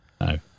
No